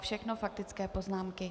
Všechno faktické poznámky.